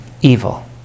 evil